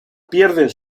pierden